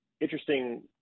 interesting